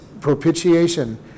propitiation